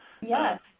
Yes